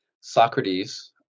Socrates